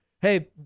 hey